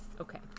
Okay